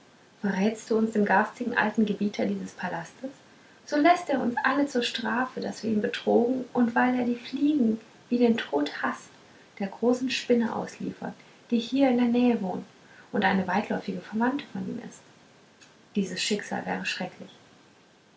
verrätst du uns dem garstigen alten gebieter dieses palastes so läßt er uns alle zur strafe daß wir ihn betrogen und weil er die fliegen wie den tod haßt der großen spinne ausliefern die hier in der nähe wohnt und eine weitläufige verwandte von ihm ist dieses schicksal wäre schrecklich